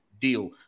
deal